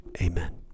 Amen